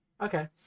okay